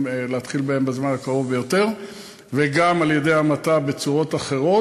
להתחיל בהם בזמן הקרוב ביותר וגם על-ידי המתה בצורות אחרות.